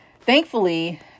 thankfully